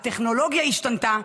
הטכנולוגיה השתנתה.